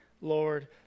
Lord